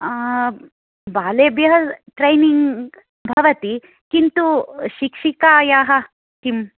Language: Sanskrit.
बालेभ्य ट्रेनिंग् भवति किन्तु शिक्षिकाया किम्